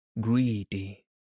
greedy